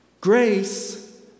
Grace